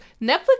Netflix